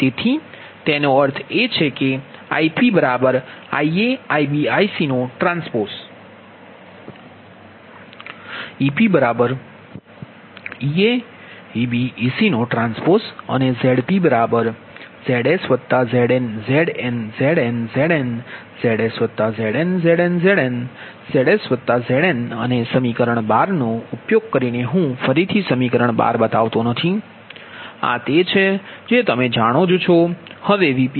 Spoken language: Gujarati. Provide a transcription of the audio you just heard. તેથી તેનો અર્થ એ છે કે IpIa Ib Ic T EpEa Eb Ec T અને ZpZsZn Zn Zn Zn ZsZn Zn Zn Zn ZsZn અને સમીકરણ 12 નો ઉપયોગ કરીને હું ફરીથી સમીકરણ 12 બતાવતો નથી આ તે છે જે તમે જાણો છો હવે vp AVs